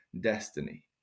destiny